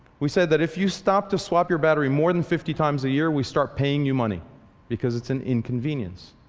we said that if you stop to swap your battery more than fifty times a year we start paying you money because it's an inconvenience.